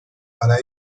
para